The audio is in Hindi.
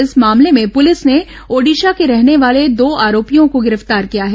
इस मामले में प्रलिस ने ओडिशा के रहने वाले दो आरोपियों को गिरफ्तार किया है